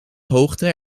hoogte